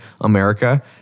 America